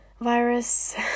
virus